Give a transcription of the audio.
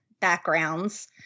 backgrounds